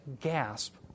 gasp